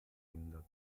ändert